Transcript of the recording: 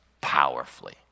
powerfully